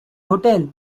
hotel